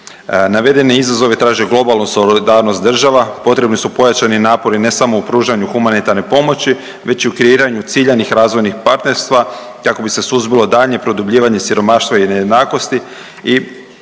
Navedeni izazovi traže globalnu solidarnost država, potrebni su pojačani napori ne samo u pružanju humanitarne pomoći već i u kreiranju ciljanih razvojnih partnerstva kako bi se suzbilo daljnje produbljivanje siromaštva i nejednakosti